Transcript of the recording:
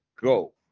go